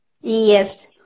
Yes